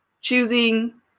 choosing